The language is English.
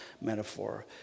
metaphor